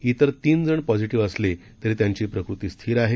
त्वेर तीनजण पॉझिटिव्ह असले तरी त्यांची प्रकृती स्थिर आहे